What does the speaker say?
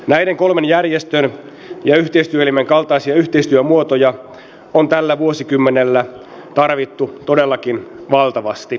näiden kolmen järjestön ja yhteistyöelimen kaltaisia yhteistyömuotoja on tällä vuosikymmenellä tarvittu todellakin valtavasti